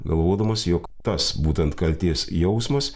galvodamas jog tas būtent kaltės jausmas